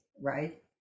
Right